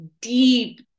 deep